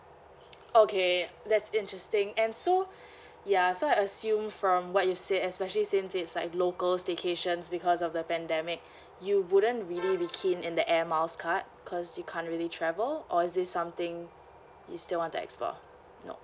okay that's interesting and so ya so I assume from what you say especially since it's like local staycations because of the pandemic you wouldn't really be keen in the air miles card cause you can't really travel or is this something you still want to explore no